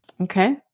Okay